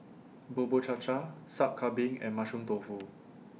Bubur Cha Cha Sup Kambing and Mushroom Tofu